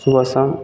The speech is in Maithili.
सुबह शाम